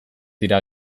dira